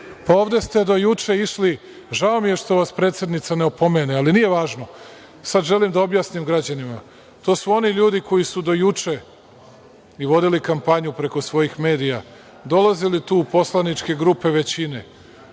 nikada nije ponašao. Žao mi je što vas predsednica ne opomene, ali nije važno. Sada želim da objasnim građanima, to su oni ljudi koji su do juče vodili kampanju preko svojih medija, dolazili tu u poslaničke grupe većine,